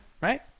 right